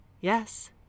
yes